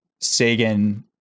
Sagan